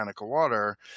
Water